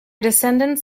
descendants